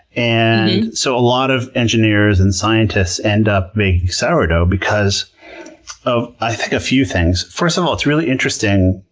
and so a lot of engineers and scientists end up making sourdough because of, i think, a few things first of all, it's really interesting,